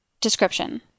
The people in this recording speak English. Description